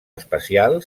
especial